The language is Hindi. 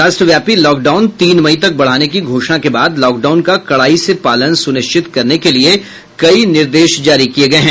राष्ट्रव्यापी लॉकडाउन तीन मई तक बढ़ाने की घोषणा के बाद लॉकडाउन का कड़ाई से पालन सुनिश्चित करने के लिए कई निर्देश जारी किए गए हैं